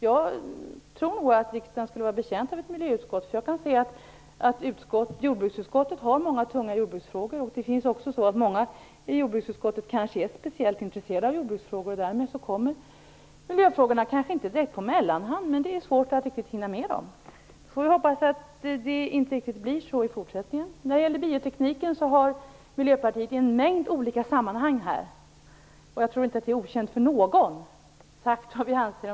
Jag tror nog att riksdagen skulle vara betjänt av ett miljöutskott. Jag kan se att jordbruksutskottet har många tunga jordbruksfrågor, och många ledamöter i jordbruksutskottet är kanske speciellt intresserade av jordbruksfrågor. Därmed är det svårt att hinna med miljöfrågorna, även om de kanske inte direkt kommer på mellanhand. Vi får hoppas att det inte blir så i fortsättningen. När det gäller biotekniken har vi i Miljöpartiet i en mängd olika sammanhang - jag tror inte att det är okänt för någon - sagt vad vi anser.